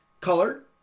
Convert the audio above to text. Color